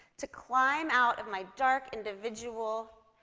to climb out of my dark, individual,